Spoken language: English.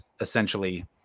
essentially